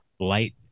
Light